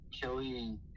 Kelly